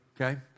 Okay